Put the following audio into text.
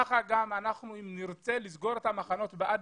כך אם נרצה לסגור את המחנות באדיס,